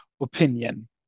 opinion